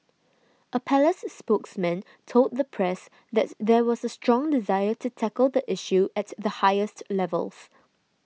a palace spokesman told the press that there was a strong desire to tackle the issue at the highest levels